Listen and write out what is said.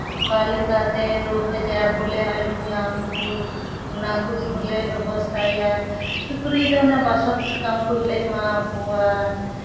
ᱚᱠᱟ ᱞᱮᱠᱟᱛᱮ ᱨᱳᱜᱽ ᱟᱡᱟᱨ ᱵᱚᱞᱮ ᱟᱞᱚ ᱧᱟᱢ ᱠᱚ ᱚᱱᱟ ᱠᱚᱦᱚᱸᱞᱮ ᱵᱮᱵᱚᱥᱛᱷᱟᱭᱟ ᱥᱩᱠᱨᱤ ᱫᱚ ᱚᱱᱮ ᱵᱟᱥᱚᱠ ᱥᱟᱠᱟᱢ ᱠᱚᱞᱮ ᱮᱢᱟ ᱠᱚᱣᱟ